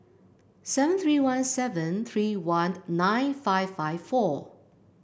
seven three one seven three one nine five five four